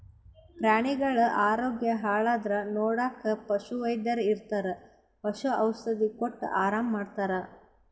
ಪ್ರಾಣಿಗಳ್ ಆರೋಗ್ಯ ಹಾಳಾದ್ರ್ ನೋಡಕ್ಕ್ ಪಶುವೈದ್ಯರ್ ಇರ್ತರ್ ಪಶು ಔಷಧಿ ಕೊಟ್ಟ್ ಆರಾಮ್ ಮಾಡ್ತರ್